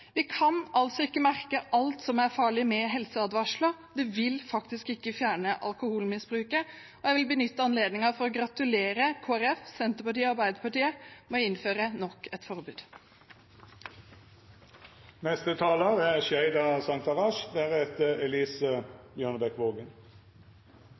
Vi kan ikke merke alt som er farlig, med helseadvarsler. Det vil faktisk ikke fjerne alkoholmisbruket. Jeg vil benytte anledningen til å gratulere Kristelig Folkeparti, Senterpartiet og Arbeiderpartiet med å innføre nok et forbud.